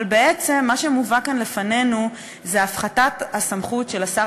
אבל בעצם מה שמובא כאן לפנינו זה הפחתת הסמכות של השר